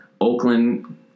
Oakland